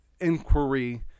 inquiry